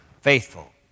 faithful